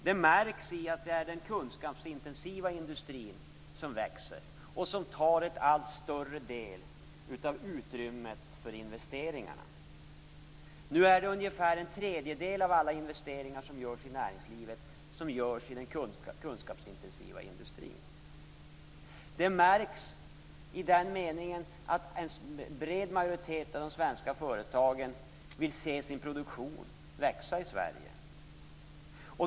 Det märks på att det är den kunskapsintensiva industrin som växer och som tar en allt större del av utrymmet för investeringarna. Ungefär en tredjedel av näringslivets investeringar görs i den kunskapsintensiva industrin. Det märks på att en bred majoritet av de svenska företagen vill se sin produktion växa i Sverige.